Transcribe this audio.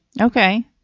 Okay